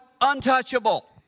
untouchable